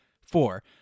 Four